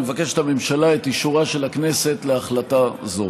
מבקשת הממשלה את אישורה של הכנסת להחלטה זו.